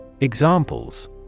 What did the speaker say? Examples